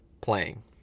playing